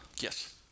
Yes